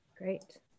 Great